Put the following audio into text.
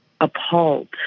appalled